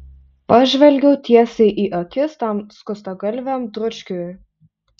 pažvelgiau tiesiai į akis tam skustagalviam dručkiui